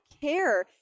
care